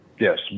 Yes